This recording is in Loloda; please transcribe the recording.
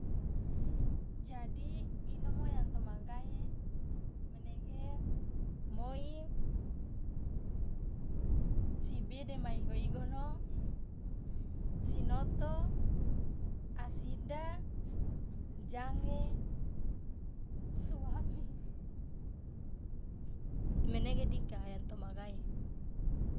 jadi inomo yang tomagae menege moi sibi dema igo- igono sinoto asida jange suami menege dika yang tomagae